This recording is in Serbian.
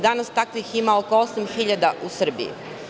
Danas takvih ima oko 8.000 u Srbiji.